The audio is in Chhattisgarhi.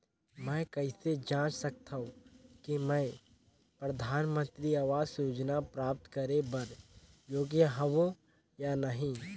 मैं कइसे जांच सकथव कि मैं परधानमंतरी आवास योजना प्राप्त करे बर योग्य हववं या नहीं?